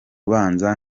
ubanza